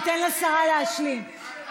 תיתן לשרה להשלים.